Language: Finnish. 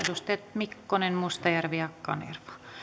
mikkonen mustajärvi ja kanerva